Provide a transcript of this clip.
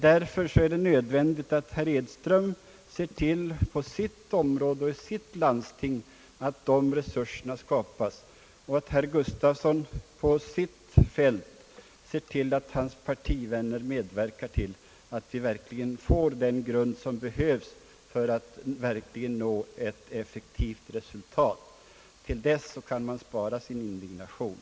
Därför är det nödvändigt att herr Edström ser till på sitt område och i sitt landsting att dessa resurser skapas och att herr Gustafsson på sitt fält ser till att hans partivänner medverkar till att verkligen skapa den grund som behövs för att nå ett effektivt resultat. Till dess kan man spara sin indignation.